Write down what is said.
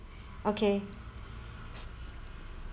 okay